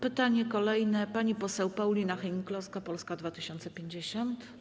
Pytanie kolejne - pani poseł Paulina Hennig-Kloska, Polska 2050.